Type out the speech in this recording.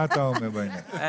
מה אתה אומר בעניין?